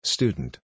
Student